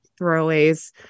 throwaways